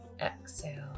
exhale